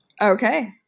okay